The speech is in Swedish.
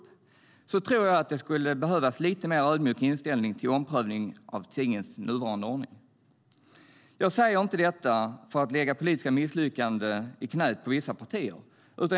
Därför tror jag att det skulle behövas en lite mer ödmjuk inställning till en omprövning av tingens nuvarande ordning. Jag säger inte detta för att lägga politiska misslyckanden i knät på visa partier.